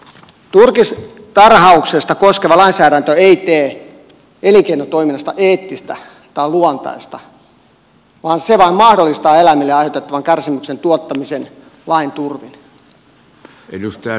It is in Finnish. turkistarhausta koskeva lainsäädäntö ei tee elinkeinotoiminnasta eettistä tai luontaista vaan se vain mahdollistaa eläimille aiheutettavan kärsimyksen tuottamisen lain turvin